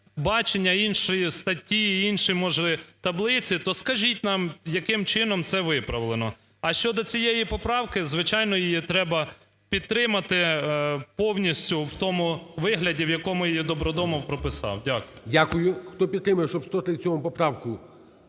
бачення, інші статті і інші, може, таблиці, то скажіть нам, яким чином це виправлено. А щодо цієї поправки, звичайно, її треба підтримати повністю в тому вигляді, в якому її Добродомов прописав. Дякую. ГОЛОВУЮЧИЙ. Дякую. Хто підтримує, щоб 137 поправку